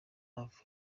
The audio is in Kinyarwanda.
alves